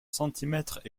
centimètres